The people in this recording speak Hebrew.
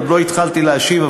עוד לא התחלתי להשיב,